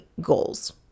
goals